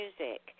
music